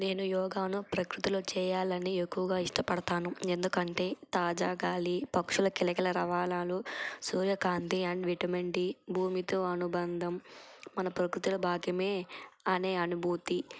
నేను యోగాను ప్రకృతిలో చేయాలని ఎక్కువగా ఇష్టపడతాను ఎందుకంటే తాజా గాలి పక్షుల కిలకిల రావాలు సూర్యకాంతి అండ్ విటమిన్ డీ భూమితో అనుబంధం మన ప్రకృతిల భాగ్యమే అనే అనుభూతి